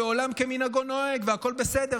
ועולם כמנהגו נוהג והכול בסדר,